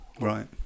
Right